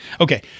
Okay